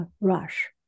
rush